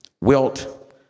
wilt